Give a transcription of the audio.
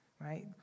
right